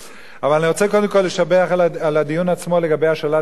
אבל אני רוצה קודם כול לשבח על הדיון עצמו לגבי השאלת ספרים,